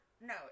no